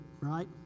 right